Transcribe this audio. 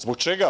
Zbog čega?